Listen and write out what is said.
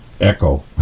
echo